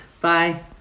Bye